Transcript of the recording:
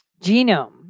genome